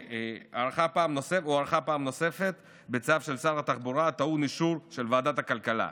והוארכה פעם נוספת בצו של שר התחבורה הטעון אישור של ועדת הכלכלה.